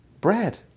bread